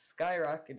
skyrocketed